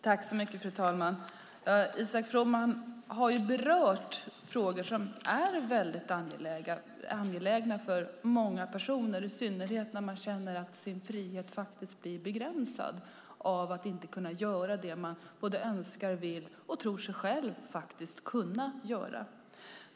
Fru talman! Isak From har berört frågor som är väldigt angelägna för många personer. Det gäller i synnerhet dem som känner sin frihet begränsad av att inte kunna göra vad de önskar, vill och själva tror sig kunna göra.